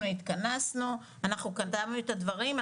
אנחנו כתבנו את הדברים.